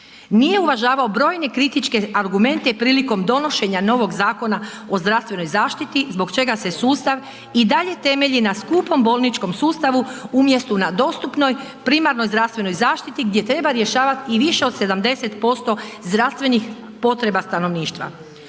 nije uvažavao brojne kritičke argumente prilikom donošenja novog Zakona o zdravstvenoj zaštiti zbog čega se sustav i dalje temelji na skupom bolničkom sustavu umjesto na dostupnoj primarnoj zdravstvenoj zaštiti gdje treba rješavati i više od 70% zdravstvenih potreba stanovništva.